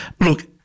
look